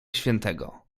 świętego